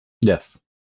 Yes